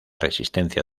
resistencia